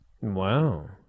Wow